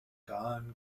gone